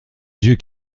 dieu